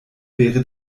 wäre